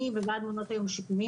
אני ממונה על מעונות היום השיקומיים,